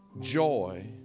joy